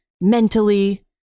mentally